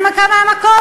הנמקה מהמקום,